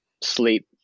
sleep